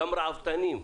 גם רעבתנים.